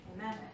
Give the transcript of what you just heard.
Amen